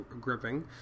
gripping